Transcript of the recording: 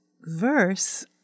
verse